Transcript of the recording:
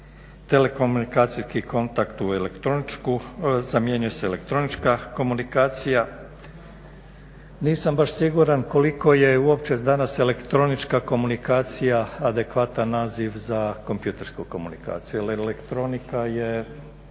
telekomunikacijski kontakt zamjenjuje se elektronička komunikacija. Nisam baš siguran koliko je uopće danas elektronička komunikacija adekvatan naziv za kompjutersku komunikaciju jer elektronika je